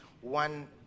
one